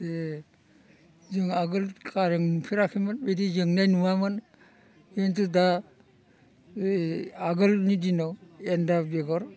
ए जों आगोल कारेन्ट नुफेराखैमोन बिदि जोंनाय नुआमोन खिन्थु दा ओइ आगोलनि दिनाव एन्दा बेगर